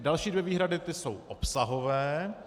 Další dvě výhrady, ty jsou obsahové.